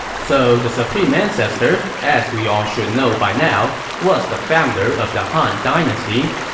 so the supreme ancestor, as we all should know by now, was the founder of the han dynasty.